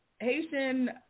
Haitian